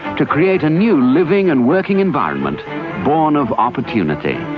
to create a new living and working environment born of opportunity.